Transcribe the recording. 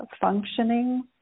functioning